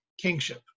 kingship